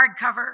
hardcover